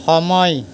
সময়